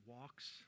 walks